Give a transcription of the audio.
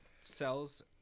sells